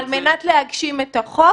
על מנת להגשים את החוק